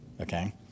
okay